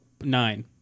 nine